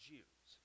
Jews